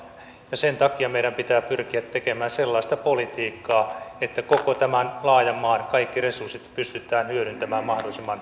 sen takia meidän pitää pyrkiä tekemään sellaista politiikkaa että koko tämän laajan maan kaikki resurssit pystytään hyödyntämään mahdollisimman tehokkaasti